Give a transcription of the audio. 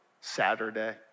Saturday